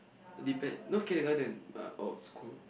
depend no kindergarten ah or school